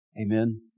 amen